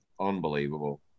Unbelievable